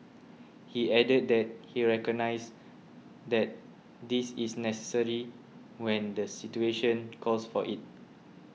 he added that he recognises that this is necessary when the situation calls for it